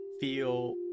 feel